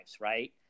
Right